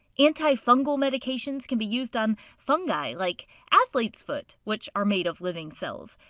anti-fungal medications can be used on fungi like athlete's foot which are made of living cells.